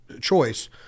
choice